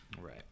Right